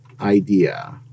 idea